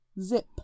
zip